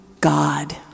God